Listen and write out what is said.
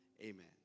Amen